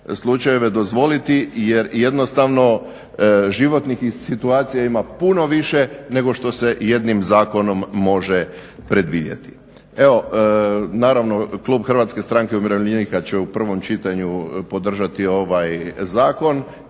slučajeve dozvoliti jer jednostavno životnih situacija ima puno više nego što se jednim zakonom može predvidjeti. Evo naravno klub HSU-a će u prvom čitanju podržati ovaj zakon